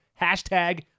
Hashtag